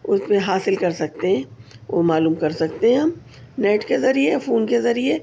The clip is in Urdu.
اس میں حاصل کر سکتے ہیں وہ معلوم کر سکتے ہیں ہم نیٹ کے ذریعے یا فون کے ذریعے